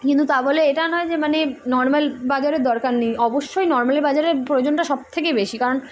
কিন্তু তা বলেলে এটা নয় যে মানে নর্মাল বাজারের দরকার নেই অবশ্যই নর্মাল বাজারের প্রয়োজনটা সব থেকে বেশি কারণ